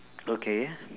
okay